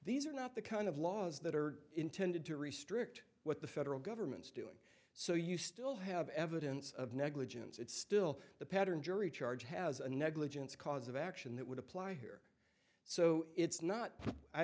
these are not the kind of laws that are intended to restrict what the federal government's doing so you still have evidence of negligence it's still the pattern jury charge has a negligence cause of action that would apply here so it's not i